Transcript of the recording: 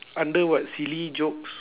under what silly jokes